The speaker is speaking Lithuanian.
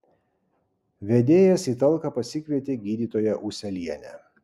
vedėjas į talką pasikvietė gydytoją ūselienę